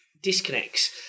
disconnects